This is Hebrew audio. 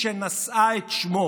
שתשמור